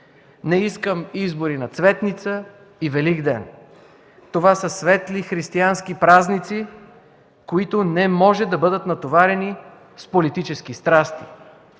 Не искам избори на Цветница и на Великден. Това са светли християнски празници, които не може да бъдат натоварени с политически страсти.